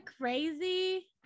crazy